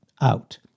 out